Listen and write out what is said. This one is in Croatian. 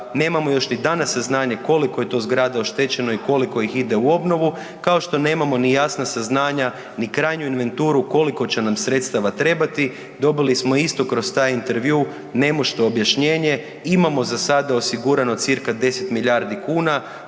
nemamo još ni danas saznanje koliko je to zgrada oštećeno i koliko ih ide u obnovu, kao što nemamo ni jasna saznanja ni krajnju inventuru koliko će nam sredstava trebati. Dobili smo istu kroz taj intervjuu nemušto objašnjenje imamo za sada osigurano cca 10 milijardi kuna,